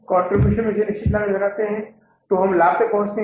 contribution में से निश्चित लागत घटाते है और फिर हम लाभ पर पहुंचते हैं